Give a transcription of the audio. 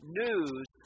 news